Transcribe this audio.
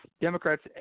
Democrats